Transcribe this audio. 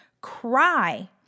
cry